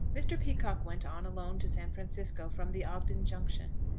mr. peacocke went on alone to san francisco from the ogden junction,